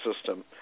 system